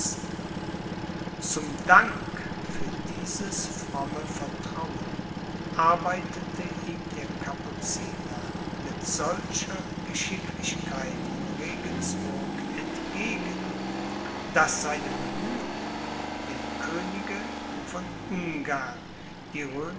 zum dank für dieses fromme vertrauen arbeitete ihm der capuciner mit solcher geschicklichkeit in regensburg entgegen daß seine bemühungen dem könige von ungarn die